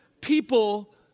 people